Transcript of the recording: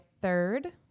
third